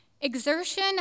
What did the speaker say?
Exertion